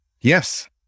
Yes